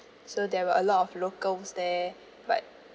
so there were a lot of locals there but